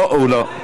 לא, הוא לא.